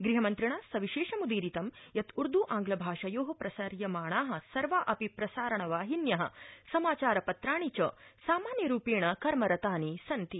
ग़हमन्त्रिणा सविशेषम्दीरितं यत् उर्दू आंग्लभाषयो प्रसार्यमाणा सर्वा अपि प्रसारण वाहिन्य समाचारपत्राणि च सामान्यरूपेण कर्मरतानि सन्ति